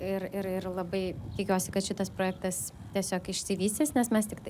ir ir ir labai tikiuosi kad šitas projektas tiesiog išsivystys nes mes tiktai